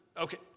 Okay